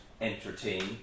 entertain